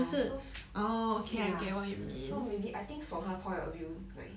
ya so ya so maybe I think from 他 point of view like